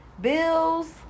bills